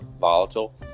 volatile